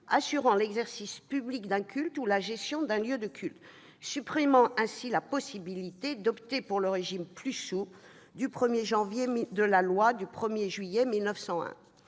assurant l'exercice public d'un culte ou la gestion d'un lieu de culte, en supprimant ainsi la possibilité d'opter pour le régime plus souple de la loi du 1 juillet 1901